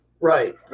Right